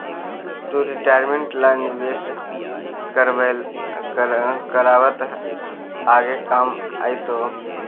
तु रिटायरमेंट ला निवेश करबअ त आगे काम आएतो